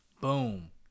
boom